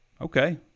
okay